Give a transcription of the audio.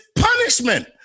punishment